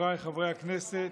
חבריי חברי הכנסת,